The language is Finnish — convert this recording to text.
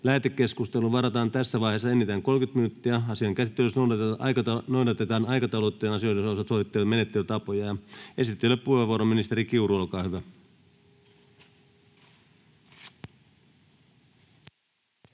Lähetekeskusteluun varataan tässä vaiheessa enintään 30 minuuttia. Asian käsittelyssä noudatetaan aikataulutettujen asioiden osalta sovittuja menettelytapoja. — Esittelypuheenvuoro, ministeri Kiuru, olkaa hyvä.